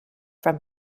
from